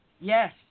Yes